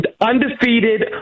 Undefeated